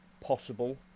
possible